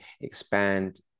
expand